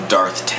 Darth